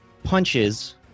punches